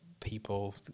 people